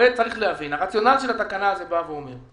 צריך להבין, הרציונל של התקנה הזה בא ואומר,